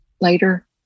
later